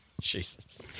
Jesus